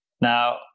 now